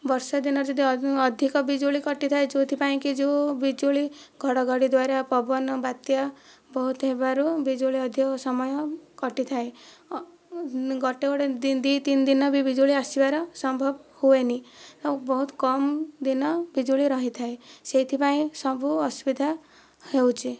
ବର୍ଷାଦିନ ଯଦି ଅଧିକ ବିଜୁଳି କଟିଥାଏ ଯେଉଁଥିପାଇଁକି ଯେଉଁ ବିଜୁଳି ଘଡ଼ଘଡ଼ି ଦ୍ଵାରା ପବନ ବାତ୍ୟା ବହୁତ ହେବାରୁ ବିଜୁଳି ଅଧିକ ସମୟ କଟିଥାଏ ଗୋଟିଏ ଗୋଟିଏ ଦୁଇ ତିନି ଦିନ ବି ବିଜୁଳି ଆସିବାର ସମ୍ଭବ ହୁଏନି ଆଉ ବହୁତ କମ ଦିନ ବିଜୁଳି ରହିଥାଏ ସେଇଥିପାଇଁ ସବୁ ଅସୁବିଧା ହେଉଛି